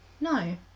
No